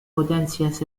potencias